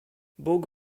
bóg